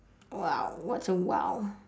!wow! what's a !wow!